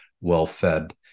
well-fed